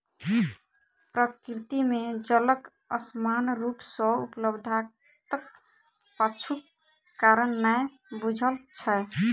प्रकृति मे जलक असमान रूप सॅ उपलब्धताक पाछूक कारण नै बूझल छै